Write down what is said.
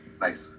Nice